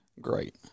great